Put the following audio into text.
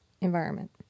environment